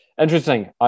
Interesting